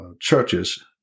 churches